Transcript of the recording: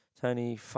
Tony